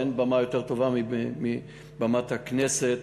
ואין במה יותר טובה מבמת הכנסת,